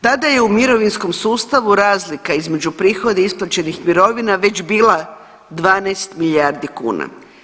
Tada je u mirovinskom sustavu razlika između prihoda i isplaćenih mirovina već bila 12 milijardi kuna.